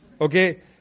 Okay